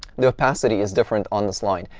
the opacity is different on this line.